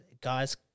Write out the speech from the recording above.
guys